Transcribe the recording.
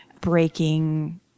breaking